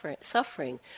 suffering